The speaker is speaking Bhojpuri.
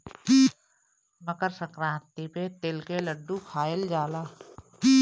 मकरसंक्रांति पे तिल के लड्डू खाइल जाला